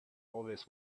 always